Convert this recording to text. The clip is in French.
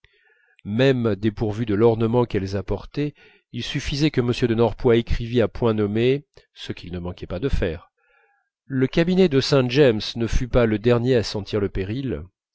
même dépourvus de l'ornement qu'elles apportaient il suffisait que m de norpois écrivît à point nommé ce qu'il ne manquait pas de faire le cabinet de saint-james ne fut pas le dernier à sentir le péril